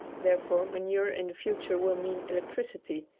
therefore, manure in the future will mean electricity,